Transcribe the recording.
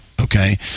okay